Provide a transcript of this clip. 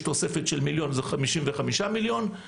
ויש תוספת של מיליון כך שזה 55,000,000 ₪.